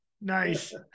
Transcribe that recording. nice